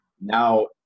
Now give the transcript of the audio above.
now